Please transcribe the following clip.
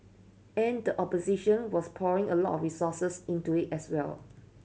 and opposition was pouring a lot resources into as well